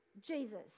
Jesus